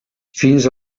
fins